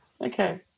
Okay